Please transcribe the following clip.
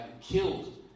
killed